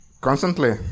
constantly